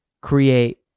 create